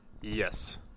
Yes